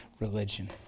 religion